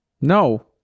No